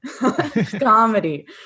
Comedy